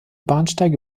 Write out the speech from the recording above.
bahnsteige